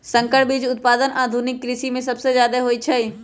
संकर बीज उत्पादन आधुनिक कृषि में सबसे जादे होई छई